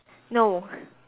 no